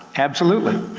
absolutely.